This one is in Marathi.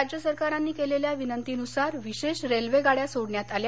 राज्य सरकारांनी केलेल्या विनंतीनुसार विशेष रेल्वे गाड्या सोडण्यात आल्या